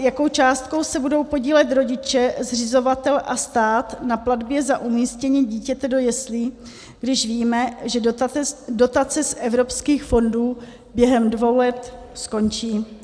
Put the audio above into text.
Jakou částkou se budou podílet rodiče, zřizovatel a stát na platbě za umístění dítěte do jeslí, když víme, že dotace z evropských fondů během dvou let skončí?